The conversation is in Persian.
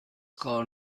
کار